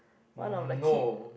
one of the kid